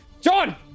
John